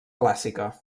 clàssica